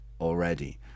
already